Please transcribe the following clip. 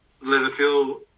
Liverpool